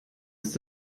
ist